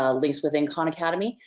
links within khan academy.